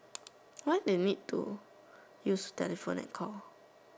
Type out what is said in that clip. why they need to use telephone and call